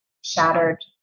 shattered